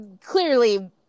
clearly